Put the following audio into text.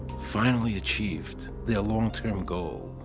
finally achieved their longterm goal.